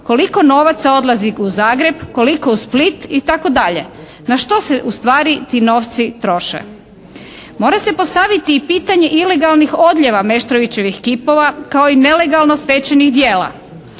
koliko novaca odlazi u Zagreb, koliko u Split itd. Na što se ustvari ti novci troše? Mora se postaviti i pitanje ilegalnih odlijeva Meštrovićevih kipova kao i nelegalno stečenih djela.